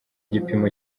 gipimo